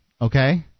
okay